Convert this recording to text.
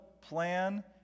plan